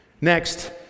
Next